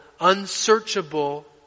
unsearchable